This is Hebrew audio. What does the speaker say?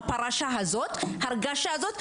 ההרגשה הזאת,